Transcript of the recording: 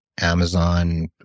Amazon